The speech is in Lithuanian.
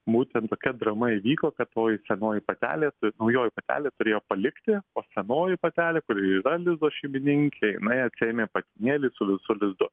būtent tokia drama įvyko kad toji senoji patelė naujoji patelė turėjo palikti o senoji patelė kuri yra lizdo šeimininkė jinai atsiėmė patinėlį su visu lizdu